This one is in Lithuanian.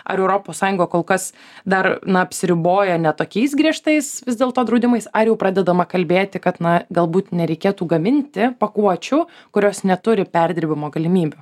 ar europos sąjunga kol kas dar na apsiriboja ne tokiais griežtais vis dėlto draudimais ar jau pradedama kalbėti kad na galbūt nereikėtų gaminti pakuočių kurios neturi perdirbimo galimybių